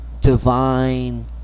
divine